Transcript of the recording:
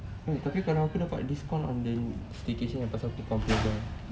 eh tapi kalau aku dapat diskaun on the staycation lepas tu aku compile kan